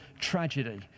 Tragedy